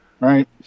Right